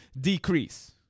decrease